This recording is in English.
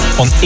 on